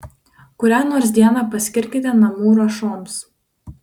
kurią nors dieną paskirkite namų ruošoms